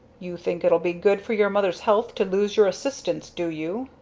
you think it'll be good for your mother's health to lose your assistance, do you?